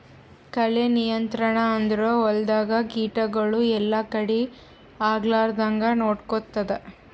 ಕಳೆ ನಿಯಂತ್ರಣ ಅಂದುರ್ ಹೊಲ್ದಾಗ ಕೀಟಗೊಳ್ ಎಲ್ಲಾ ಕಡಿ ಆಗ್ಲಾರ್ದಂಗ್ ನೊಡ್ಕೊತ್ತುದ್